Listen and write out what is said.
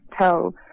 tell